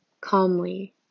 calmly